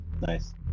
Nice